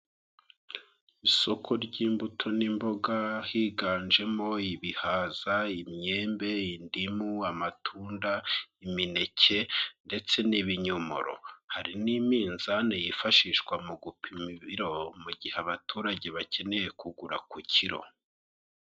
Isoko ry'imbuto n'imboga higanjemo ibihaza, imyembe, indimu, amatunda, imineke ndetse n'ibinyomoro. Hari n'iminzani yifashishwa mu gupima ibiro mu gihe abaturage bakeneye kugura ku kiro.